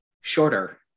shorter